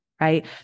right